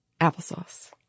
applesauce